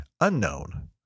unknown